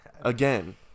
again